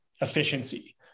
efficiency